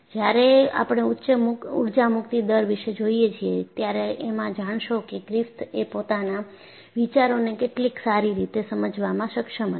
જ્યારે આપણે ઊર્જા મુક્તિ દર વિશે જોઈએ છીએ ત્યારે એમાં જાણશો કે ગ્રિફિથ એ પોતાના વિચારોને કેટલી સારી રીતે સમજવામાં સક્ષમ હતા